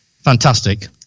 Fantastic